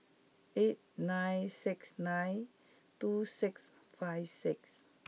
eight nine six nine two six five six